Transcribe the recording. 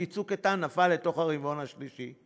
כי "צוק איתן" נפל לתוך הרבעון השלישי,